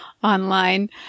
Online